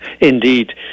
Indeed